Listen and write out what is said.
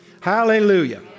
Hallelujah